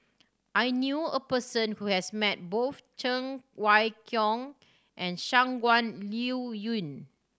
I knew a person who has met both Cheng Wai Keung and Shangguan Liuyun